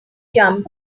jump